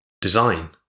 Design